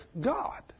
God